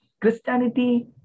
christianity